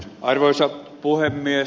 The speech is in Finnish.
arvoisa puhemies